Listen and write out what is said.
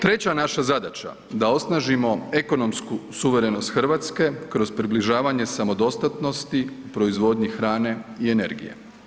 Treća naša zadaća da osnažimo ekonomsku suverenost Hrvatske kroz približavanje samodostatnosti proizvodnji hrane i energije.